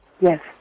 Yes